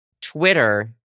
Twitter